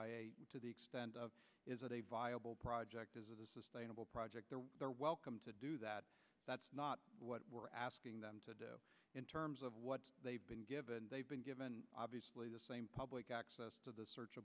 end to the extent of is it a viable project is it a sustainable project they're welcome to do that that's not what we're asking them to do in terms of what they've been given they've been given obviously the same public access to the search